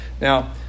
Now